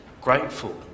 grateful